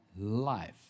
life